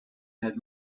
had